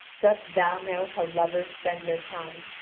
dost thou know how lovers spend their time?